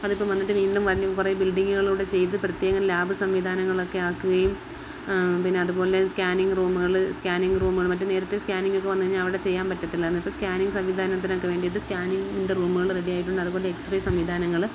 അതിപ്പം വന്നിട്ട് വീണ്ടും വന്നു കുറേ ബിൽഡിങ്ങ് കൂടി ചെയ്തു പ്രത്യേകം ലാബ് സംവിധാനങ്ങളൊക്കെ ആക്കുകയും പിന്നതുപോലെ സ്കാനിങ് റൂമുകൾ സ്കാനിങ് റൂമുകൾ മറ്റെ നേരത്തെ സ്കാനിങ്ങൊക്കെ വന്നു കഴിഞ്ഞാൽ അവിടെ ചെയ്യാൻ പറ്റത്തില്ലായിരുന്നു ഇന്നിപ്പം സ്കാനിങ്ങ് സംവിധാനത്തിനൊക്കെ വേണ്ടിയിട്ട് സ്കാനിങ്ങിൻ്റെ റൂമുകൾ റെഡിയായിട്ടുണ്ട് അതുപോലെ എക്സ്റേ സംവിധാനങ്ങൾ